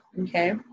okay